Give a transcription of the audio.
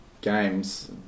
games